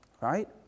Right